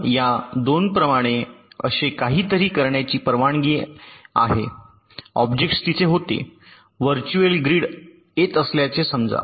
आता मला या 2 प्रमाणे असे काहीतरी करण्याची परवानगी आहे ऑब्जेक्ट्स तिथे होते वर्चुअल ग्रीड येत असल्याचे समजा